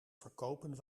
verkopen